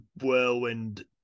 whirlwind